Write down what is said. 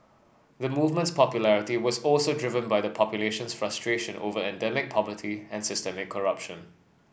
the movement's popularity was also driven by the population's frustrations over endemic poverty and systemic corruption